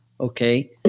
Okay